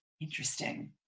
Interesting